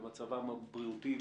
במצבם הבריאותי,